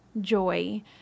joy